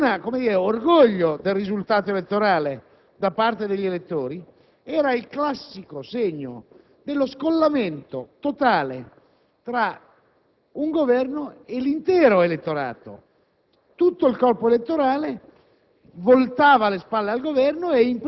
Questo non riscontrare nessun orgoglio del risultato elettorale da parte degli elettori era il classico segno dello scollamento totale tra un Governo e l'intero elettorato.